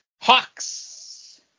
Hawks